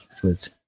good